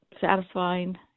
satisfying